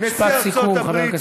משפט סיכום, חבר הכנסת חסון.